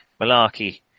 malarkey